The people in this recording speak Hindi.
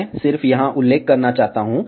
मैं सिर्फ यहां उल्लेख करना चाहता हूं